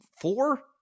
four